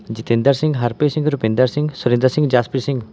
Jatinder Singh Harpreet Singh Rupinder Singh Surinder Singh Jaspreet Singh